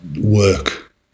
work